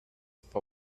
for